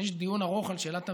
יש דיון ארוך על שאלת המהירות.